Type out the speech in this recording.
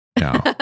No